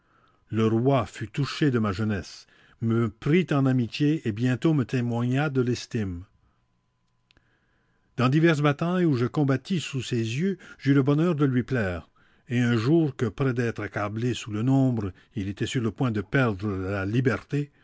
le roi fut touché de ma jeunesse me prit en amitié et bientôt me témoigna de l'estime dans diverses batailles où je combattis sous ses yeux j'eus le bonheur de lui plaire et un jour que près d'être accablé sous le nombre il était sur le point de perdre la liberté